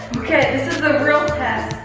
okay, this is the real test.